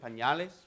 pañales